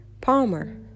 Palmer